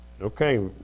Okay